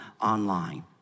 online